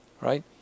right